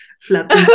flat